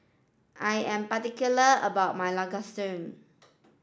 I am particular about my Lasagna